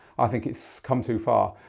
i think it's come too far.